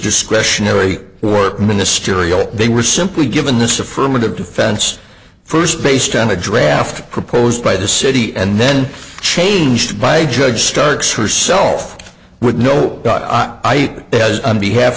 discretionary work ministerial they were simply given this affirmative defense first based on a draft proposed by the city and then changed by judge starks herself with no got i be half